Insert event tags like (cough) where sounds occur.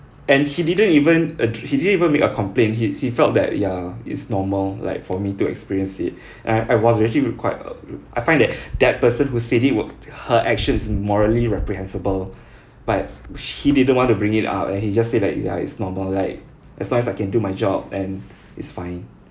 and he didn't even uh he didn't even make a complaint he he felt that ya it's normal like for me to experience it (breath) and I I was actually quite uh I find that (breath) that person who said it were her action is morally reprehensible but she he didn't want to bring it up and he just say like ya it's normal like as long as I can do my job and it's fine